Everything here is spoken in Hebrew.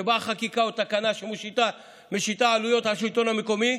כשבאה חקיקה או תקנה שמשיתה עלויות על השלטון המקומי,